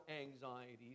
anxieties